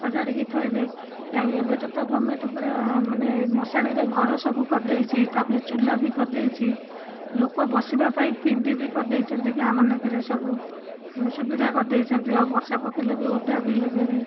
ସଜାଡ଼ିକି ଥୋଇବେ ଆଉ ଏବେ ତ ଗଭର୍ଣ୍ଣମେଣ୍ଟ ପୁରା ମାନେ ମଶାଣିରେ ଘର ସବୁ କରିଦେଇଛି ତା'ପରେ ଚୁଲା ବି କରିଦେଇଛି ଲୋକ ବସିବା ପାଇଁ ପିଣ୍ଡି ବି କରିଦେଇଛନ୍ତି ଗାଁମାନଙ୍କରେ ସବୁ ସୁବିଧା କରିଦେଇଛନ୍ତି ଆଉ ବର୍ଷା ପକାଇଲେ ବି ଓଦା ବି ହେବେନି